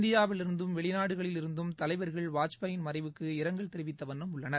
இந்தியாவிலிருந்தும் வெளிநாடுகளிலிருந்தும் தலைவர்கள் வாஜ்பாயின் மறைவுக்கு இரங்கல் தெரிவித்த வண்ணம் உள்ளனர்